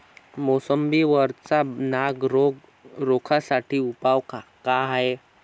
मोसंबी वरचा नाग रोग रोखा साठी उपाव का हाये?